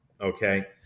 Okay